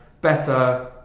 Better